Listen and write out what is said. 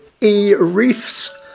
e-reefs